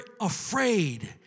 afraid